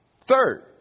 Third